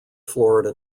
florida